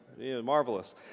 Marvelous